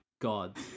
God